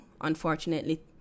unfortunately